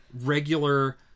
regular